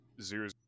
zero